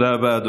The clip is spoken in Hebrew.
תודה רבה,